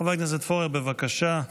חבר הכנסת פורר, בבקשה,